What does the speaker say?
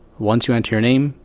once you enter your name,